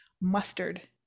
Mustard